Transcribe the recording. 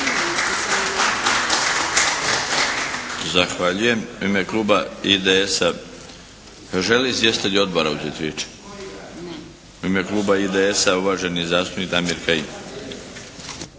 Zahvaljujem. U ime kluba IDS-a. Žele li izvjestitelji odbora uzeti riječ? U ime kluba IDS-a, uvaženi zastupnik Damir Kajin.